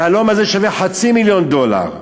היהלום הזה שווה חצי מיליון דולר.